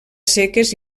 seques